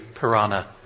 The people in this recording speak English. piranha